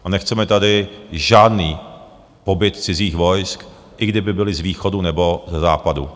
A nechceme tady žádný pobyt cizích vojsk, i kdyby byla z východu, nebo ze západu.